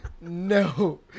No